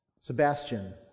Sebastian